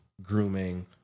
Grooming